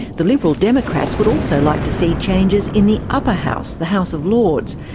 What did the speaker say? the liberal democrats would also like to see changes in the upper house, the house of lords,